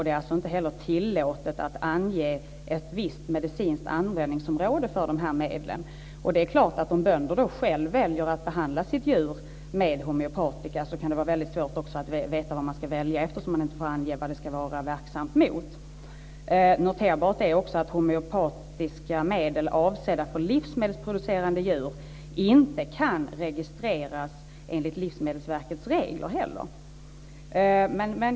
Det är inte heller tillåtet att ange ett visst medicinskt användningsområde för de här medlen. Om bönder själva väljer att behandla sina djur med homeopatiska medel kan det vara väldigt svårt för dem att veta vad de ska välja eftersom man inte får ange vad de ska vara verksamma mot. Noterbart är också att homeopatiska medel avsedda för livsmedelsproducerande djur inte kan registreras enligt Livsmedelsverkets regler.